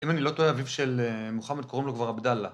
אם אני לא טועה, אביו של מוחמד קוראים לו כבר עבדאללה.